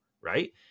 right